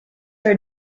are